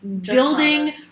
building